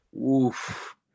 Oof